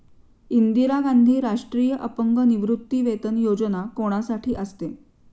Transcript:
इंदिरा गांधी राष्ट्रीय अपंग निवृत्तीवेतन योजना कोणासाठी असते?